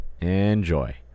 enjoy